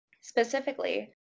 Specifically